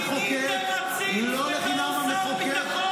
מיניתם עציץ -- לא לחינם המחוקק ---- בתור שר ביטחון.